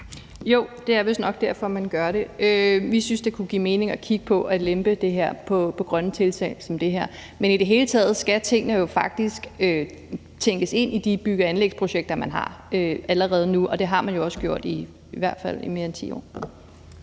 Jo, det er vistnok derfor, man gør det. Vi synes, det kunne give mening at kigge på at lempe det her på grønne tiltag som det her. Men i det hele taget skal tingene jo faktisk tænkes ind i de bygge- og anlægsprojekter, man har, allerede nu, og det har man jo også gjort i hvert fald i mere end 10 år